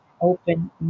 open